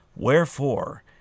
Wherefore